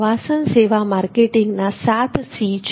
પ્રવાસન સેવા માર્કેટિંગના 7C છે